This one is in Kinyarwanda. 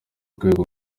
rwego